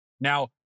Now